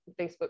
facebook